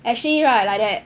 err actually right like that